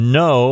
no